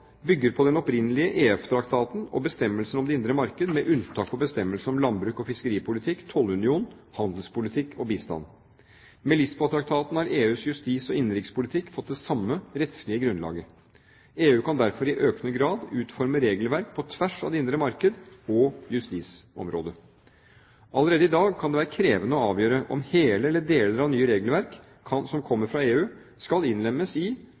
bygger på den opprinnelige EF-traktaten og bestemmelsene om det indre marked, med unntak for bestemmelsene om landbruk og fiskeripolitikk, tollunion, handelspolitikk og bistand. Med Lisboa-traktaten har EUs justis- og innenrikspolitikk fått det samme rettslige grunnlaget. EU kan derfor i økende grad utforme regelverk på tvers av det indre marked og justisområdet. Allerede i dag kan det være krevende å avgjøre om hele eller deler av nye regelverk som kommer fra EU, skal innlemmes i